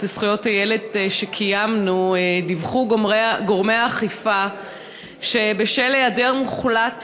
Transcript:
לזכויות הילד שקיימנו דיווחו גורמי האכיפה שבשל היעדר מוחלט